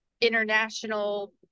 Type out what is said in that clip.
international